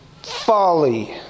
Folly